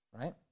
right